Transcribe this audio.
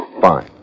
Fine